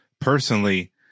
personally